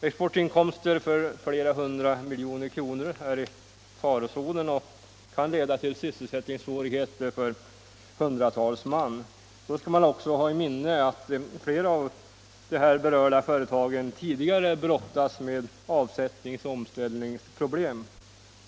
Exportinkomster på flera hundra miljoner är i farozonen, och det kan leda till sysselsättningssvårigheter för hundratals man. Då skall vi också ha i minnet att flera av de här berörda företagen sedan tidigare brottas med avsättningsoch omställningsproblem.